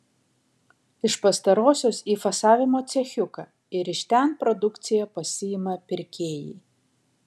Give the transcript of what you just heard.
iš pastarosios į fasavimo cechiuką ir iš ten produkciją pasiima pirkėjai